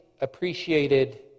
appreciated